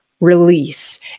release